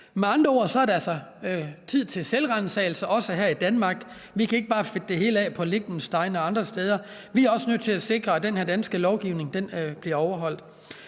Med andre ord er det altså tid til selvransagelse, også her i Danmark. Vi kan ikke bare fedte det hele af på Liechtenstein eller andre. Vi er også nødt til at sikre, at den danske lovgivning bliver overholdt.